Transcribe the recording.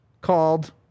called